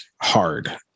hard